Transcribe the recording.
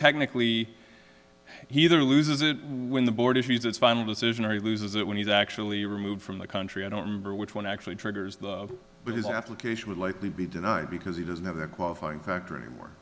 technically he there loses it when the board issues its final decision or he loses it when he's actually removed from the country i don't remember which one actually triggers the but his application would likely be denied because he doesn't have the qualifying factor anymore